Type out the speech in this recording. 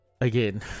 again